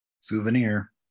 Souvenir